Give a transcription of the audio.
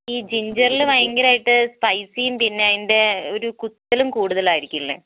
ഈ ജിൻജറിൽ ഭയങ്കരമായിട്ട് സ്പൈസിയും പിന്നെ അതിൻ്റെ ഒരു കുത്തലും കൂടുതലായിരിക്കില്ലേ